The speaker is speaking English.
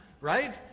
Right